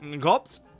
Cops